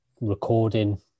recording